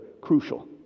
crucial